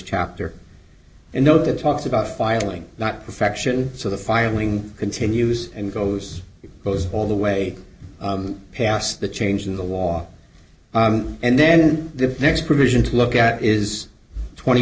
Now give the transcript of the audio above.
chapter and note that talks about filing not perfection so the filing continues and goes all the way past the change in the wall and then the next provision to look at is twenty